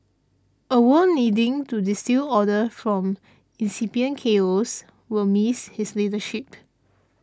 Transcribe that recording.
a world needing to distil order from incipient chaos will miss his leadership